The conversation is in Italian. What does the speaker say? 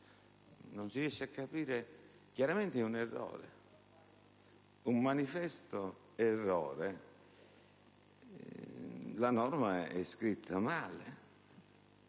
Non si riesce a capire, e chiaramente è un errore, un manifesto errore. La norma è scritta male.